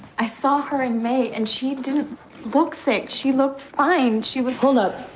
i saw her in may, and she didn't look sick. she looked fine. she was. hold up.